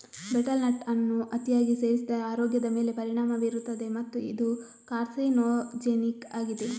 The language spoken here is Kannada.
ಬೆಟೆಲ್ ನಟ್ ಅನ್ನು ಅತಿಯಾಗಿ ಸೇವಿಸಿದರೆ ಆರೋಗ್ಯದ ಮೇಲೆ ಪರಿಣಾಮ ಬೀರುತ್ತದೆ ಮತ್ತು ಇದು ಕಾರ್ಸಿನೋಜೆನಿಕ್ ಆಗಿದೆ